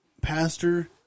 Pastor